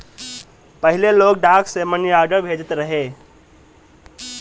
पहिले लोग डाक से मनीआर्डर भेजत रहे